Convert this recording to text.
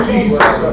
Jesus